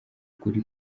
kuri